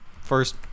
first